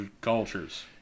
cultures